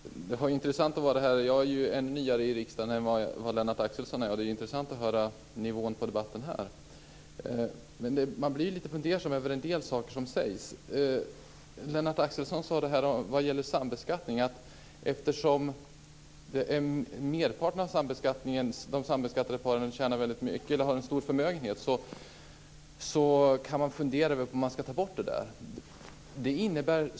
Herr talman! Det är intressant att vara här. Jag är ännu nyare i riksdagen än Lennart Axelsson så det är intressant att höra nivån på debatten här. En del saker som sägs blir jag dock lite fundersam över. Vad gäller sambeskattningen sade Lennart Axelsson att eftersom merparten av de sambeskattade paren tjänar väldigt mycket eller har en stor förmögenhet kan man fundera över om man ska ta bort det där.